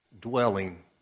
dwelling